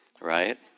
right